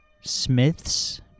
Smith's